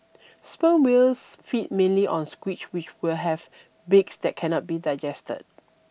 sperm whales feed mainly on squid which will have beaks that cannot be digested